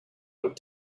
want